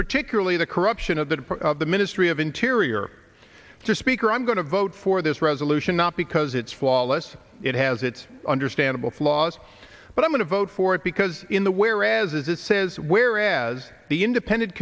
particularly the corruption of that in the ministry of interior speaker i'm going to vote for this resolution not because it's flawless it has its understandable flaws but i'm going to vote for it because in the whereas it says whereas the independent